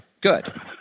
good